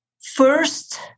First